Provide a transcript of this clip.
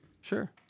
Sure